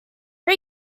are